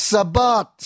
Sabat